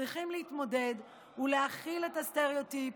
צריכים להתמודד ולהכיל את הסטריאוטיפ